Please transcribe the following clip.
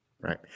Right